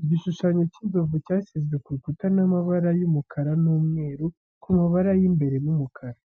Igishushanyo cy’inzovu cyasizwe ku rukuta n’amabara y’umukara n’umweru ku mabara y’imbere n’umukara.